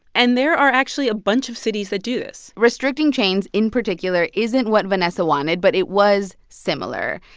and there are actually a bunch of cities that do this restricting chains in particular isn't what vanessa wanted, but it was similar.